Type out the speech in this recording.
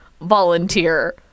volunteer